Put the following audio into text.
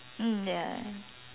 mm ya